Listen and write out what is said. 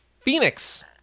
phoenix